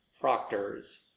proctors